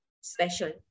special